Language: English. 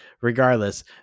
regardless